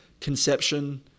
conception